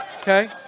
Okay